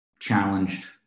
challenged